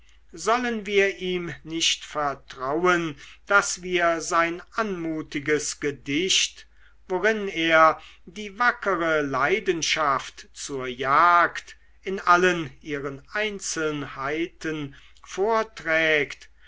sollen wir ihm nicht vertrauen daß wir sein anmutiges gedicht worin er die wackere leidenschaft zur jagd in allen ihren einzelheiten vorträgt